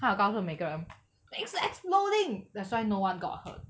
他有告诉每个人 it's exploding that's why no one got hurt